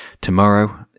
Tomorrow